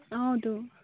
অঁ তো